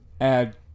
add